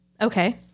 Okay